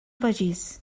begís